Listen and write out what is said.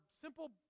simple